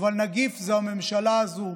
אבל נגיף זו הממשלה הזו,